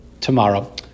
tomorrow